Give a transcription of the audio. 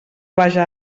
vaja